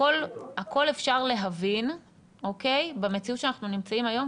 הכול אפשר להבין במציאות שאנחנו נמצאים היום,